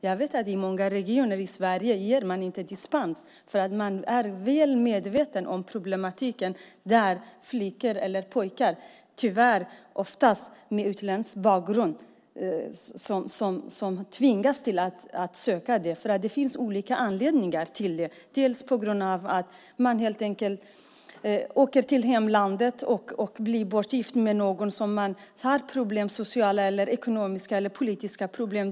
Jag vet att i många regioner i Sverige ger man inte dispens, för man är väl medveten om problematiken att flickor eller pojkar, tyvärr oftast med utländsk bakgrund, tvingas att söka det. Det finns olika anledningar till det. Man åker till hemlandet och blir bortgift med någon som har sociala, ekonomiska eller politiska problem.